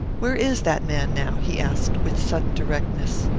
where is that man now? he asked, with sudden directness.